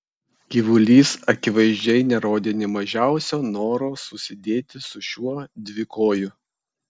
gyvulys akivaizdžiai nerodė nė mažiausio noro susidėti su šiuo dvikoju